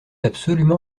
absolument